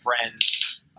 friends